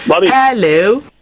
Hello